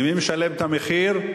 ומי משלם את המחיר?